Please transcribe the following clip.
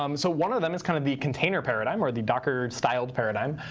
um so one of them is kind of the container paradigm or the docker styled paradigm,